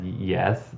yes